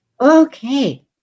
Okay